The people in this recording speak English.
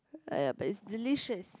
ah yeah but it's delicious